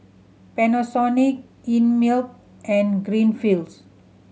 Panasonic Einmilk and Greenfields